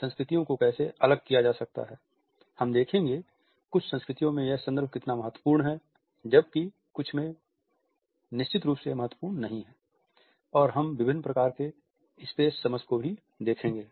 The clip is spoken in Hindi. संस्कृतियों को कैसे अलग किया जा सकता है हम देखेंगे कुछ संस्कृतियों में यह संदर्भ कितना महत्वपूर्ण है जबकि कुछ में निश्चित रूप से यह महत्वपूर्ण नहीं है और हम विभिन्न प्रकार के स्पेस की समझ को भी देखेंगे